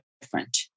different